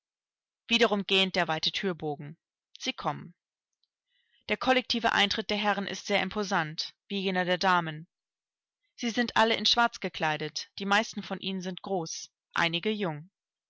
wiederum gähnt der weite thürbogen sie kommen der kollektive eintritt der herren ist sehr imposant wie jener der damen sie sind alle in schwarz gekleidet die meisten von ihnen sind groß einige jung